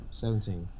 seventeen